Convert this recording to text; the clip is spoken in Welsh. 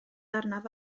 arnaf